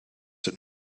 het